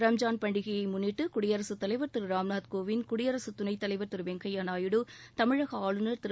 ரம்ஜான் பண்டிகையை முன்னிட்டு குடியரசுத் தலைவர் திருராம்நாத் கோவிந்த் குடியரசு துணைத்தலைவர் திருவெங்கையா நாயுடு தமிழக ஆளுநர் திரு